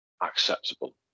acceptable